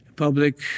Public